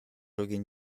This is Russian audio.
ставрогин